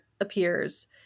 appears